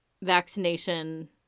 Vaccination